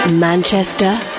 Manchester